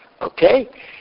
Okay